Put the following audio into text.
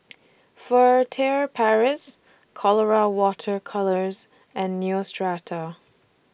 Furtere Paris Colora Water Colours and Neostrata